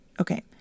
Okay